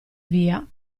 via